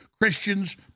Christians